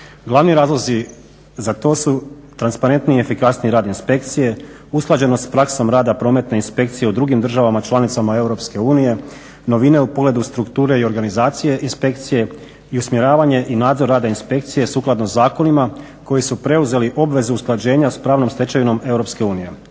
Glavni razlozi za to su transparentniji i efikasniji rad inspekcije, usklađenost sa praksom rada prometne inspekcije u drugim državama članicama Europske unije, novina u pogledu strukture i organizacije inspekcije i usmjeravanje i nadzor rada inspekcije sukladno zakonima koji su preuzeli obvezu usklađenja sa pravnom stečevinom